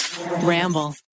Ramble